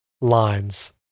lines